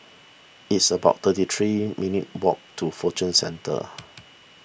it's about thirty three minutes' walk to Fortune Centre